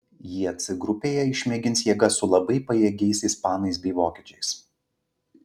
jie c grupėje išmėgins jėgas su labai pajėgiais ispanais bei vokiečiais